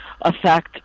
affect